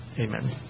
amen